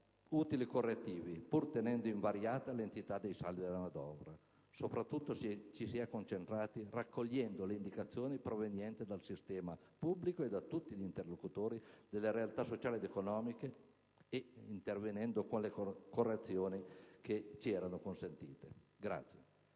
utili correttivi, pur tenendo invariata l'entità dei saldi della manovra. Soprattutto, ci si è concentrati raccogliendo le indicazioni provenienti dal sistema pubblico e da tutti gli interlocutori delle realtà sociali ed economiche ed intervenendo con le correzioni consentite.